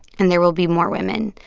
and there will be more women.